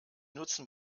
nutzen